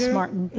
yeah martin.